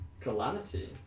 Calamity